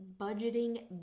budgeting